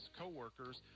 co-workers